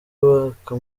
waka